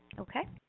okay.